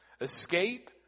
escape